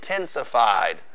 intensified